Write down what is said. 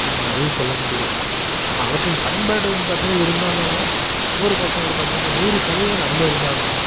ஆமாம் அதையும் சொல்ல முடியலங்க ஆனால் அவற்றின் பயன்பாடு வந்து பார்த்தீங்கன்னா இருந்தாலும் இன்னோரு பக்கம் வந்து பார்த்தீங்கன்னா நூறு சதவீதம் நன்மை இருந்தாலும்